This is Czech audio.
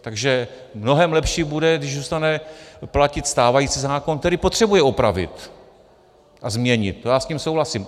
Takže mnohem lepší bude, když zůstane platit stávající zákon, který potřebuje opravit a změnit, to já s tím souhlasím.